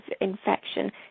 infection